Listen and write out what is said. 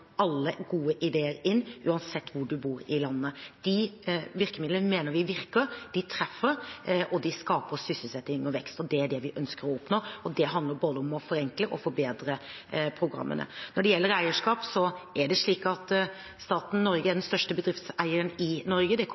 alle gode ideer inn, uansett hvor du bor i landet. De virkemidlene mener vi virker; de treffer, og de skaper sysselsetting og vekst. Det er det vi ønsker å oppnå. Det handler både om å forenkle og å forbedre programmene. Når det gjelder eierskap, er det slik at staten Norge er den største bedriftseieren i Norge. Det